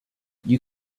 you